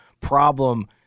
problem